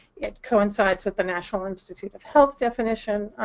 it coincides with the national institute of health definition.